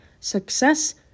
Success